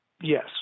Yes